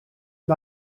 się